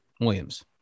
Williams